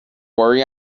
worry